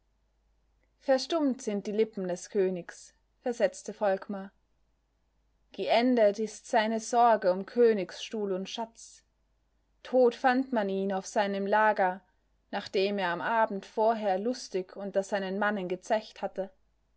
verstummt sind die lippen des königs versetzte volkmar geendet ist seine sorge um königsstuhl und schatz tot fand man ihn auf seinem lager nachdem er am abend vorher lustig unter seinen mannen gezecht hatte